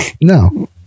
no